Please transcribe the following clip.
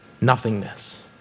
nothingness